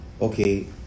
okay